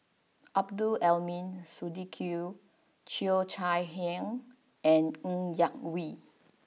Abdul Aleem Siddique Cheo Chai Hiang and Ng Yak Whee